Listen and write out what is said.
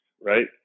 right